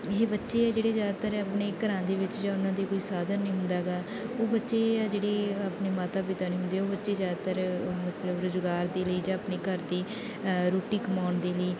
ਇਹ ਬੱਚੇ ਆ ਜਿਹੜੇ ਜ਼ਿਆਦਾਤਰ ਆਪਣੇ ਘਰਾਂ ਦੇ ਵਿੱਚ ਜਾਂ ਉਹਨਾਂ ਦੇ ਕੋਈ ਸਾਧਨ ਨਹੀਂ ਹੁੰਦਾ ਹੈਗਾ ਉਹ ਬੱਚੇ ਆ ਜਿਹੜੇ ਆਪਣੇ ਮਾਤਾ ਪਿਤਾ ਨਹੀਂ ਹੁੰਦੇ ਉਹ ਬੱਚੇ ਜ਼ਿਆਦਾਤਰ ਮਤਲਬ ਰੁਜ਼ਗਾਰ ਦੇ ਲਈ ਜਾਂ ਆਪਣੇ ਘਰ ਦੀ ਰੋਟੀ ਕਮਾਉਣ ਦੇ ਲਈ